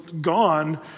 gone